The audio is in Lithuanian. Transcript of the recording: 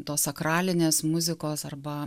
tos sakralinės muzikos arba